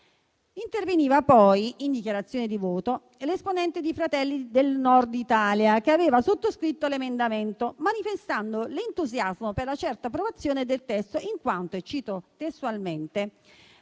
Interveniva poi in dichiarazione di voto l'esponente di "Fratelli del Nord Italia" che aveva sottoscritto l'emendamento, manifestando entusiasmo per la certa approvazione del testo, poiché - cito testualmente